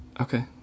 Okay